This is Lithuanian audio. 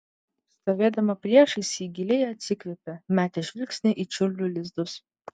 stovėdama priešais ji giliai atsikvėpė metė žvilgsnį į čiurlių lizdus